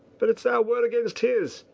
but it's our word against his!